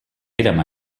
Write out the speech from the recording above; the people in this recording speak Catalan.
érem